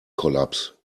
kollaps